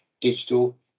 digital